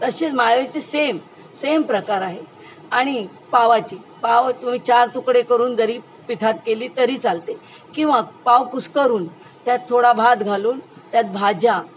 तसेच मायाळूचे same same प्रकार आहे आणि पावाची पाव तुम्ही चार तुकडे करून जरी पिठात केली तरी चालते किंवा पाव कुस्करून त्यात थोडा भात घालून त्यात भाज्या